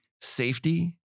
Safety